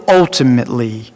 ultimately